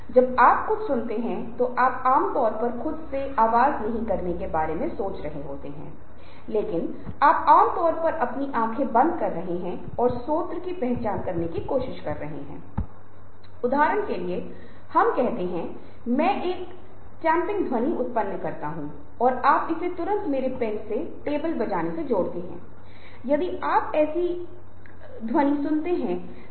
मुझे कई ऐसे मौके याद हैं जहाँ मैं किसी से बात कर रहा था और वह व्यक्ति कंप्यूटर पर काम कर रहा था या कुछ पढ़ रहा था ठीक है यह व्यक्ति अपकी बात सुना रहा है पर जब तक मुझे आँखों का संपर्क नहीं मिला आप उपेक्षित महसूस करते हैं या आपको लगता है कि शायद दूसरा व्यक्ति आपकी बात ठीक से नहीं सुन रहा है